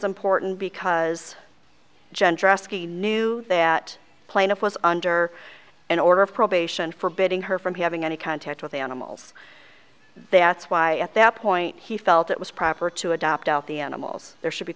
important because i knew that plaintiff was under an order of probation forbidding her from having any contact with animals that's why at that point he felt it was proper to adopt out the animals there should be